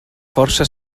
força